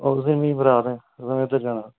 उस दिन मिगी बरात ऐ उस दिन में उद्धर जाना